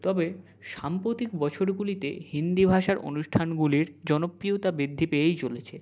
তবে সাম্প্রতিক বছরগুলিতে হিন্দি ভাষার অনুষ্ঠানগুলির জনপ্রিয়তা বৃদ্ধি পেয়েই চলেছে